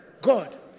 God